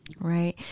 Right